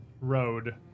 road